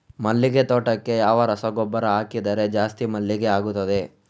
ಮಲ್ಲಿಗೆ ತೋಟಕ್ಕೆ ಯಾವ ರಸಗೊಬ್ಬರ ಹಾಕಿದರೆ ಜಾಸ್ತಿ ಮಲ್ಲಿಗೆ ಆಗುತ್ತದೆ?